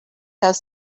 have